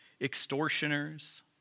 extortioners